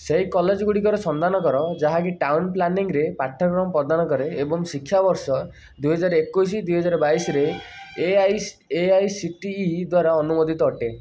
ସେହି କଲେଜ ଗୁଡ଼ିକର ସନ୍ଧାନ କର ଯାହାକି ଟାଉନ୍ ପ୍ଲାନିଂରେ ପାଠ୍ୟକ୍ରମ ପ୍ରଦାନ କରେ ଏବଂ ଶିକ୍ଷାବର୍ଷ ଦୁଇ ହଜାର ଏକୋଇଶ ଦୁଇ ହଜାର ବାଇଶରେ A I A I C T E ଦ୍ଵାରା ଅନୁମୋଦିତ ଅଟେ